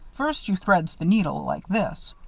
first you threads the needle like this